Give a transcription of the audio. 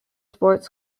sports